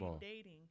dating